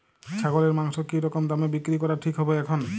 ছাগলের মাংস কী রকম দামে বিক্রি করা ঠিক হবে এখন?